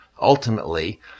Ultimately